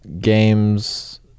games